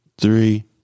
three